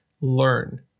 learn